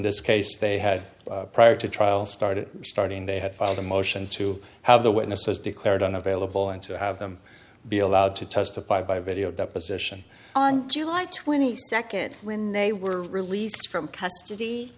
this case they had prior to trial started starting they had filed a motion to have the witnesses declared unavailable and to have them be allowed to testify by video deposition on july twenty second when they were released from custody